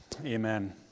Amen